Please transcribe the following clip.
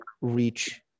reach